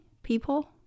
people